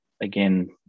again